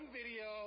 video